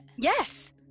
Yes